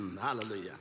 Hallelujah